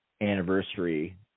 anniversary